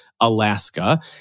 Alaska